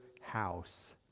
house